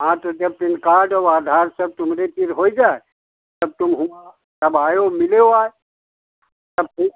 हाँ तो जब पैन कार्ड और आधार कार्ड सब तुमरे फिर हो जाय तब तुम हुआँ तब आयो मिलने आय तब फिर